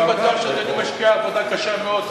אני בטוח שאדוני משקיע עבודה קשה מאוד.